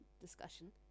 discussion